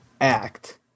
act